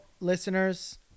listeners